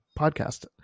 podcast